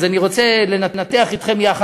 אז אני רוצה לנתח אתכם יחד.